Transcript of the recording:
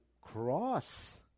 cross